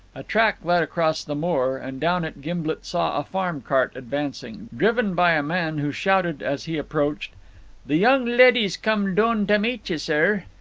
a track led across the moor, and down it gimblet saw a farm cart advancing, driven by a man who shouted as he approached the young leddy's comin' doon tae meet ye, sir.